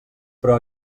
però